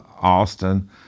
Austin